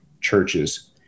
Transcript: churches